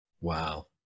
Wow